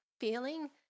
feeling